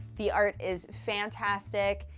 the art is fantastic.